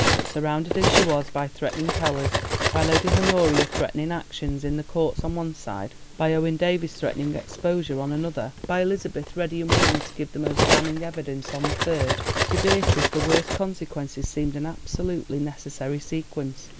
but surrounded as she was by threatening powers by lady honoria threatening actions in the courts on one side, by owen davies threatening exposure on another, by elizabeth ready and willing to give the most damning evidence on the third, to beatrice the worst consequences seemed an absolutely necessary sequence.